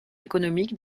économique